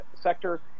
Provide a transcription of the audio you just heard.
sector